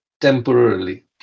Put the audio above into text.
temporarily